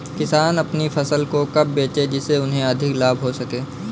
किसान अपनी फसल को कब बेचे जिसे उन्हें अधिक लाभ हो सके?